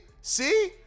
see